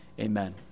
amen